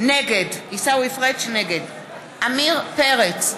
נגד עמיר פרץ,